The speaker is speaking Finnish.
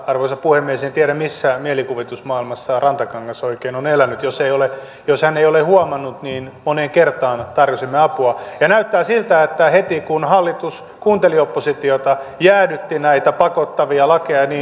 arvoisa puhemies en tiedä missä mielikuvitusmaailmassa rantakangas oikein on elänyt jos hän ei ole huomannut että moneen kertaan tarjosimme apua ja näyttää siltä että heti kun hallitus kuunteli oppositiota jäädytti näitä pakottavia lakeja